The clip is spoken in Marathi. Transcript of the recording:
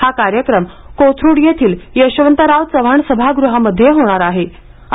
हा कार्यक्रम कोथरूड येथील यशवंतराव चव्हाण सभागृहामध्ये होणार अहे